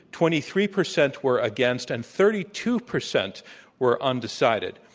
twenty three percent were against, and thirty two percent were undecided.